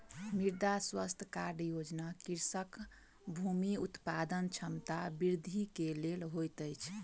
मृदा स्वास्थ्य कार्ड योजना कृषकक भूमि उत्पादन क्षमता वृद्धि के लेल होइत अछि